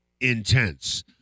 intense